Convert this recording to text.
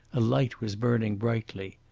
a light was burning brightly.